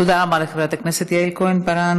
תודה רבה לחברת הכנסת יעל כהן-פארן.